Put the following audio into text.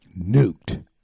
nuked